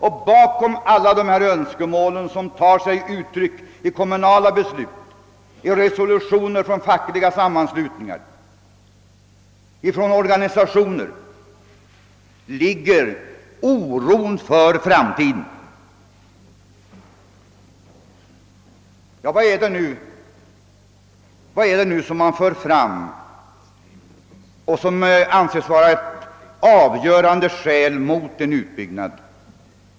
Bakom alla de önskemål som tar sig uttryck i kommunala be slut samt i resolutioner från fackliga sammanslutningar och organisationer ligger oron för framtiden. Vad är det nu som man för fram och som anses vara ett avgörande skäl mot en utbyggnad?